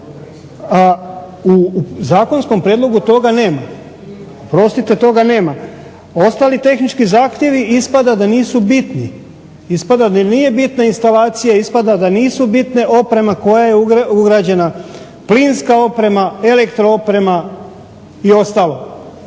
toga nema. Oprostite, toga nema. Ostali tehnički zahtjevi ispada da nisu bitni. Ispada da nije bitna instalacija, ispada da nije bitna oprema koja je ugrađena, plinska oprema, elektrooprema i ostalo.